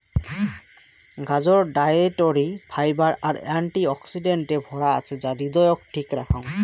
গাজর dietary fibre আর অ্যান্টি অক্সিডেন্টে ভরা আছে যা হৃদয়ক ঠিক রাখং